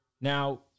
Now